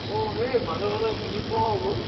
অঁ সেই মাজে মাজে শুনি পাওঁ